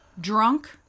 Drunk